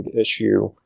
issue